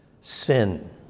sin